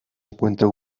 encuentra